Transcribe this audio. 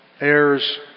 heirs